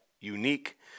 unique